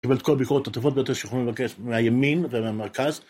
קיבל את כל הביקורות הטובות ביותר שיכולים לבקש, מהימין ומהמרכז.